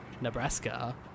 Nebraska